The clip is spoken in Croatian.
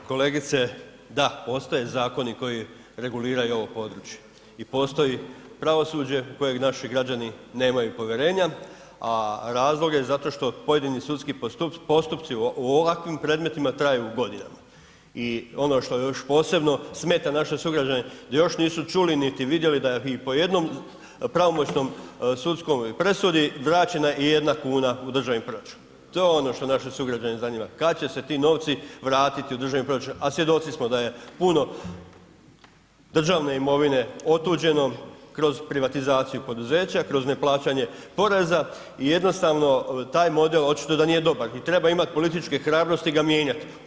Pa kolegice da, postoje zakoni koji reguliraju ovo područje i postoji pravosuđe u kojeg naši građani nemaju povjerenja, a razlog je zato što pojedini sudski postupci u ovakvim predmetima traju godinama i ono što je još posebno smeta naše sugrađane, još nisu čuli, niti vidjeli da ni po jednom pravomoćnom sudskom presudi vraćena ijedna kuna u državni proračun, to je ono što naše sugrađane zanima, kad će se ti novci vratiti u državni proračun, a svjedoci smo da je puno državne imovine otuđeno kroz privatizaciju poduzeća, kroz neplaćanje poreza i jednostavno taj model očito da nije dobar i treba imat političke hrabrosti ga mijenjat.